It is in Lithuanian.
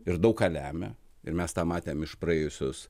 ir daug ką lemia ir mes tą matėm iš praėjusios